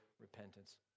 repentance